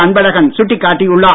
அன்பழகன் சுட்டிக்காட்டியுள்ளார்